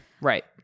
right